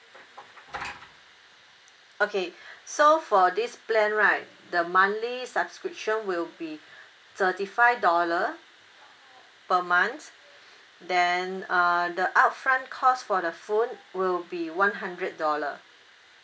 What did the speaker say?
okay so for this plan right the monthly subscription will be thirty five dollar per month then uh the upfront cost for the phone will be one hundred dollar